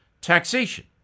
taxation